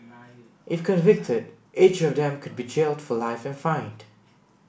if convicted each of them could be jailed for life and fined